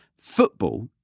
football